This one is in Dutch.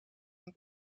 een